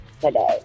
today